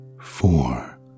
four